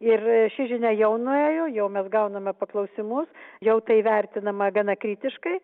ir ši žinia jau nuėjo jau mes gauname paklausimus jau tai vertinama gana kritiškai